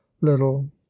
little